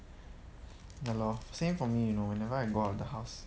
ya lor same for me you know whenever I go out of the house